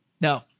no